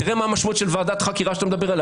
תראה מה המשמעות של ועדת חקירה שאתה מדבר עליה.